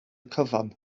cyfan